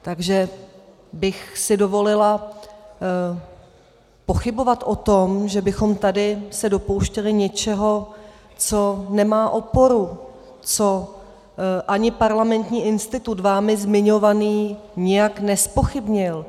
Takže bych si dovolila pochybovat o tom, že bychom se tady dopouštěli něčeho, co nemá oporu, co ani Parlamentní institut vámi zmiňovaný nijak nezpochybnil.